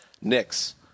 Knicks